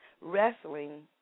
wrestling